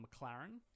mclaren